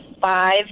five